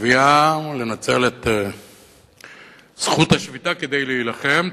התביעה לנצל את זכות השביתה כדי להילחם,